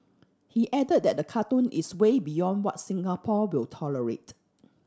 he add that the cartoon is way beyond what Singapore will tolerate